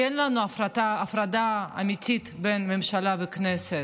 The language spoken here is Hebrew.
כי אין לנו הפרדה אמיתית בין הממשלה לכנסת.